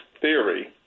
theory